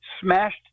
smashed